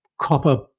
copper